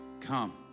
come